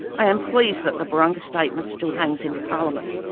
i am pleased that the barunga statement still hangs in parliament.